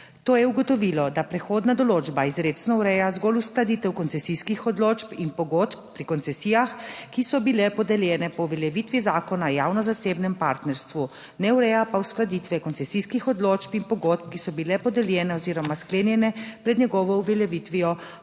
To je ugotovilo, da prehodna določba izrecno ureja zgolj uskladitev koncesijskih odločb in pogodb pri koncesijah, ki so bile podeljene po uveljavitvi Zakona o javno zasebnem partnerstvu. Ne ureja pa uskladitve koncesijskih odločb in pogodb, ki so bile podeljene oziroma sklenjene pred njegovo uveljavitvijo